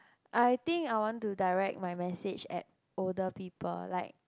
I think I want to direct my message at older people like